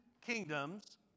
kingdoms